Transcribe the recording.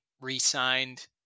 re-signed